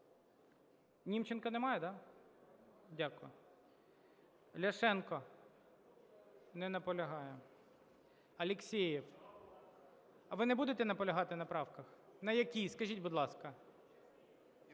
Німченка немає, да? Дякую. Ляшенко. Не наполягає. Алєксєєв. Ви не будете наполягати на правках? На якій, скажіть, будь ласка.